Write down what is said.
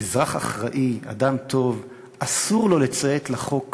אזרח אחראי, אסור לו לציית לחוק